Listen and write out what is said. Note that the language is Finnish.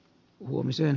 kun huomiseen